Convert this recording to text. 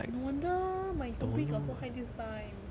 no wonder my compre got so high this time